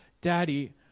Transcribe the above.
Daddy